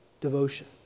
devotion